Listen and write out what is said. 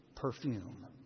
Perfume